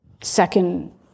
second